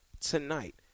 tonight